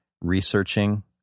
researching